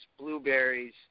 blueberries